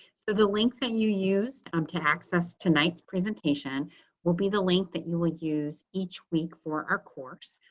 so the link that you use um to access tonight's presentation will be the link that you will use each week for our course.